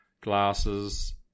glasses